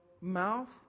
mouth